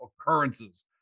occurrences